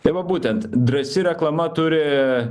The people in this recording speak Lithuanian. tai va būtent drąsi reklama turi